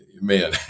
man